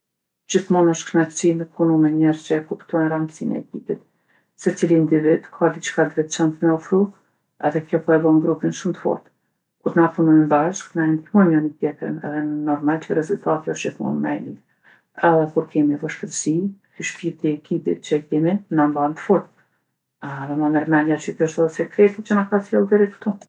Gjithmonë osht knaqsi me punu me njerz që e kuptojnë randsinë e ekipit. Secili individ ka diçka t'veçantë me ofru edhe kjo po e bon grupin shumë t'fortë. Kur na punojim bashkë na e ndihmojnë njoni tjetrin edhe normal që rezultati osht gjithmonë ma i. Edhe kur kemi vështërsi, ky shpirti i ekipit që e kemi na mban t'fortë. Edhe ma merr menja që ky osht edhe sekreti që na ka sjellë deri ktu.